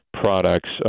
products